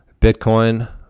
bitcoin